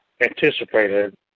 anticipated